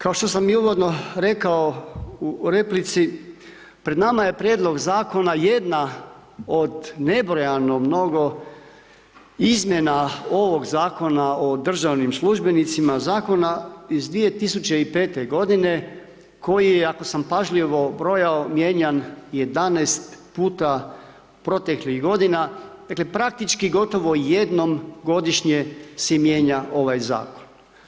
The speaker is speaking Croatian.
Kao što sam i uvodno rekao u replici, pred nama je prijedlog zakona, jedna od nebrijano mnogo izmjena ovog Zakona o državnim službenicima, zakona iz 2005. g. koji je, ako sam pažljivo brojao, mijenjan 11 puta proteklih godina , dakle praktički gotovo jednom godišnje se mijenja ovaj zakon.